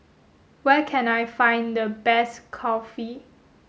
where can I find the best Kulfi